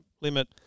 limit